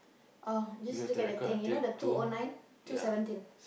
oh just look at the thing you know the two O nine two seventeen